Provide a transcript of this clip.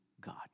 God